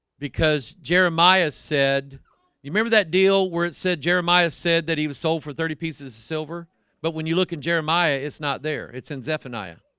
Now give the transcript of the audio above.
because jeremiah said remember that deal where it said jeremiah said that he was sold for thirty pieces of silver but when you look in jeremiah, it's not there. it's in zephaniah